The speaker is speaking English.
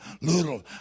little